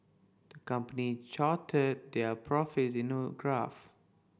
the company charted their profits in a graph